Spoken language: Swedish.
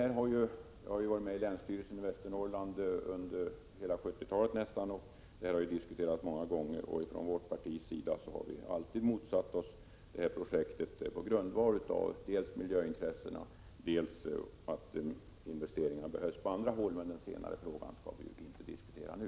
Jag har ju varit med i länsstyrelsen i Västernorrland under nästan hela 1970-talet, och vi har diskuterat denna fråga många gånger. Från vårt partis sida har vi då alltid motsatt oss den här vägen dels på grund av miljöintressen, dels därför att investeringarna behövs på andra håll. Den senare frågan skall vi emellertid inte diskutera nu.